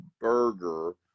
burger